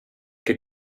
che